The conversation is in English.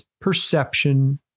perception